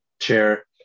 chair